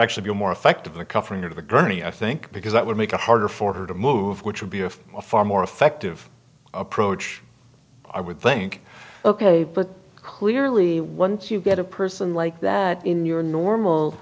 actually be a more effective in a covering of a gurney i think because that would make it harder for her to move which would be a far more effective approach i would think ok but clearly once you get a person like that in your normal